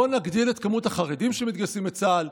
בואו נגדיל את מספר החרדים שמתגייסים לצה"ל,